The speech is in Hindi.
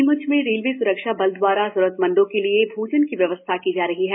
नीमच में रेलवे स्रक्षा बल दवारा जरूरतमंदों के लिए भोजन की व्यवस्था की जा रही है